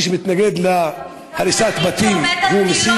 מי שמתנגד להריסת בתים הוא מסית -- זה